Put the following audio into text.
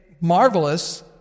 marvelous